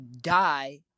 die